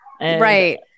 Right